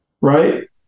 right